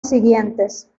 siguientes